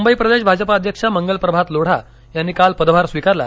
मुंबई प्रदेश भाजपा अध्यक्ष मंगलप्रभात लोढा यांनी काल पदभार स्वीकारला